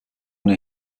una